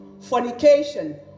fornication